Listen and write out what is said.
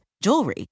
jewelry